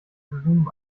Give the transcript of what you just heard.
volumen